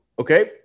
okay